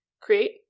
create